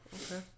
okay